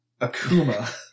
Akuma